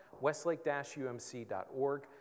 westlake-umc.org